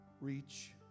reach